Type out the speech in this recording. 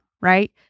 right